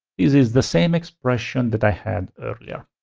is is the same expression that i had earlier.